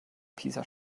pisa